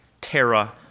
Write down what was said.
terra